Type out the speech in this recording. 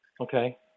Okay